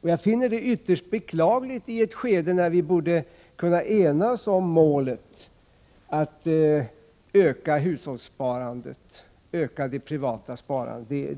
Jag finner detta ytterst beklagligt i ett skede när vi borde kunna enas om målet att öka hushållssparandet, alltså det privata sparandet.